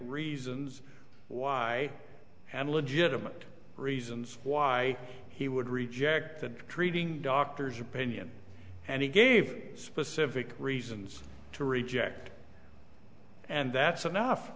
reasons why and legitimate reasons why he would reject the treating doctor's opinion and he gave specific reasons to reject and that's enough